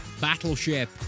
Battleship